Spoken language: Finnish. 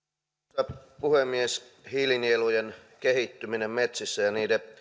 arvoisa puhemies hiilinielujen kehittyminen metsissä ja niiden